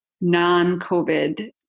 non-COVID